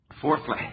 Fourthly